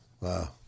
Wow